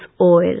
oil